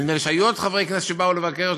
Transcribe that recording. נדמה לי שהיו עוד חברי כנסת שבאו לבקר,